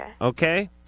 Okay